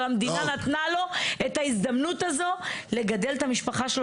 אבל המדינה נתנה לו את ההזדמנות הזו לגדל את המשפחה שלו